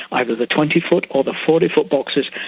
either the twenty foot or the forty foot boxes,